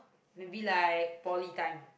maybe like poly time